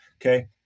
Okay